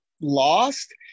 lost